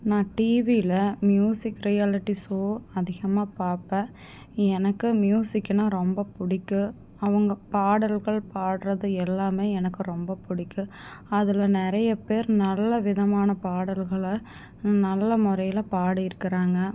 நான் டிவியில் music reality show அதிகமாக பார்ப்பேன் எனக்கு மியூசிக்னால் ரொம்ப பிடிக்கும் அவங்க பாடல்கள் பாடுவது எல்லாமே எனக்கு ரொம்ப பிடிக்கும் அதில் நிறையாப் பேர் நல்ல விதமான பாடல்களை நல்ல முறையில் பாடியிருக்குறாங்க